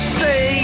say